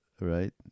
right